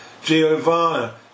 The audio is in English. Giovanna